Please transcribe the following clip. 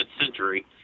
century